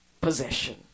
possession